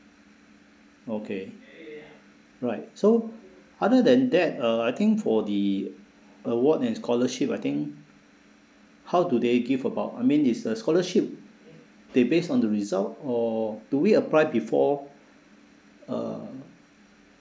okay right so other than that uh I think for the award and scholarship I think how do they give about I mean is a scholarship they based on the result or do we apply before uh